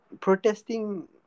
protesting